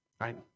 right